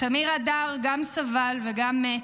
תמיר אדר גם סבל וגם מת,